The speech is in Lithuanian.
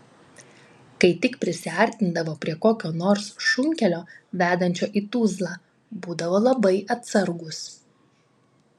kai tik prisiartindavo prie kokio nors šunkelio vedančio į tuzlą būdavo labai atsargūs